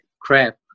crap